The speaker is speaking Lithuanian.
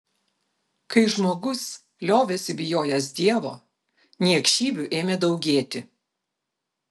kai žmogus liovėsi bijojęs dievo niekšybių ėmė daugėti